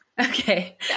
Okay